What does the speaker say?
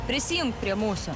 prisijunk prie mūsų